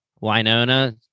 Winona